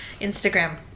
Instagram